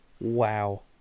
Wow